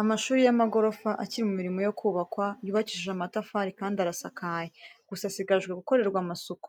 Amashuri y'amagorofa akiri mu mirimo yo kubakwa, yubakishije amatafari kandi arasakaye, gusa asigaje gukorerwa amasuku.